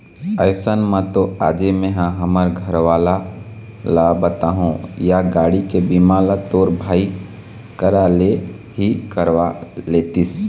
अइसन म तो आजे मेंहा हमर घरवाला ल बताहूँ या गाड़ी के बीमा ल तोर भाई करा ले ही करवा लेतिस